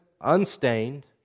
unstained